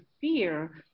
fear